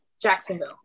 jacksonville